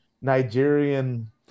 Nigerian